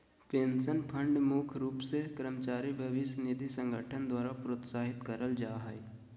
pension fund मुख्य रूप से कर्मचारी भविष्य निधि संगठन द्वारा प्रोत्साहित करल जा हय